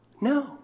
No